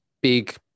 big